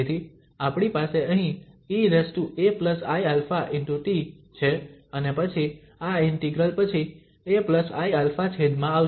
તેથી આપણી પાસે અહીં eaiαt છે અને પછી આ ઇન્ટિગ્રલ પછી aiα છેદમાં આવશે